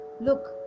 Look